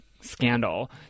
scandal